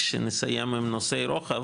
כשנסיים עם נושאי רוחב,